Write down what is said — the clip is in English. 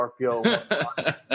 RPO